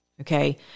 okay